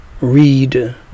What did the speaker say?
read